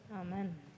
Amen